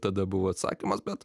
tada buvo atsakymas bet